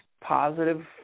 positive